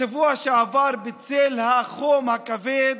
בשבוע שעבר, בצל החום הכבד,